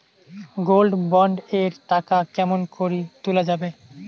Gold bond এর টাকা কেমন করি তুলা যাবে?